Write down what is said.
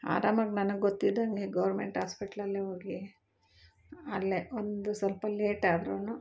ಆರಾಮಾಗಿ ನನಗೆ ಗೊತ್ತಿದಂಗೆ ಈ ಗೋರ್ಮೆಂಟ್ ಹಾಸ್ಪಿಟ್ಲಲ್ಲೆ ಹೋಗಿ ಅಲ್ಲೆ ಒಂದು ಸ್ವಲ್ಪ ಲೇಟಾದ್ರು